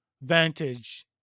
vantage